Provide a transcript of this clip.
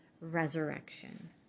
resurrection